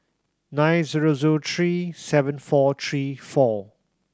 nine zero zero three seven four three four